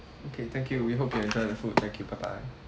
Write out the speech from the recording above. okay thank you we hope you enjoy the food thank you bye bye